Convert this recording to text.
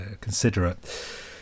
considerate